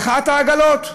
מחאת העגלות,